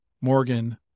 Morgan